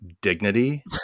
dignity